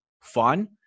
fun